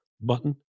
button